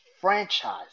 franchise